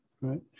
right